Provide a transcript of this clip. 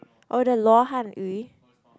oh the 罗汉鱼